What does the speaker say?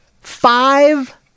five